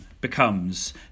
becomes